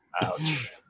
Ouch